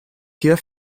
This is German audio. hier